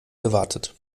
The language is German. gewartet